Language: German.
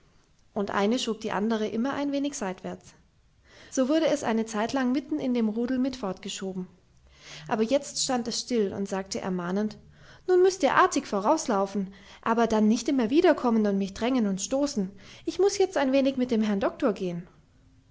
und eine schob die andere immer ein wenig seitwärts so wurde es eine zeitlang mitten in dem rudel mit fortgeschoben aber jetzt stand es still und sagte ermahnend nun müßt ihr artig vorauslaufen aber dann nicht immer wiederkommen und mich drängen und stoßen ich muß jetzt ein wenig mit dem herrn doktor gehen